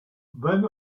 then